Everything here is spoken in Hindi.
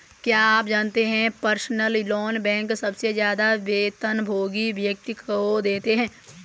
क्या आप जानते है पर्सनल लोन बैंक सबसे ज्यादा वेतनभोगी व्यक्ति को देते हैं?